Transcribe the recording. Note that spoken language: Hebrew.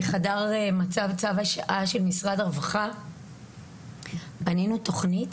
וחדר מצב צו השעה של משרד הרווחה בנינו תכנית.